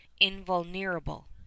invulnerable